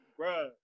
bruh